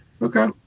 Okay